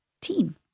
team